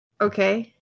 Okay